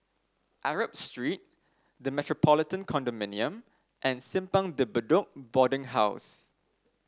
Arab Street The Metropolitan Condominium and Simpang De Bedok Boarding House